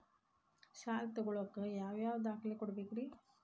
ಸಾಲ ತೊಗೋಳಾಕ್ ಯಾವ ಯಾವ ದಾಖಲೆ ಕೊಡಬೇಕ್ರಿ?